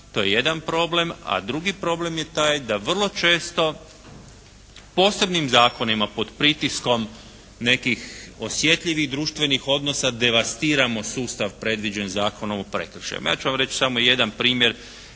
to je jedan problem. A drugi problem je taj da vrlo često posebnim zakonima pod pritiskom nekih osjetljivih društvenih odnosa devastiramo sustav predviđen Zakonom o prekršajima. Ja ću vam reći samo jedan primjer